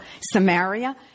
Samaria